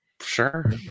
Sure